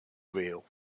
real